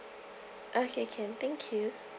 okay can thank you